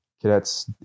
cadets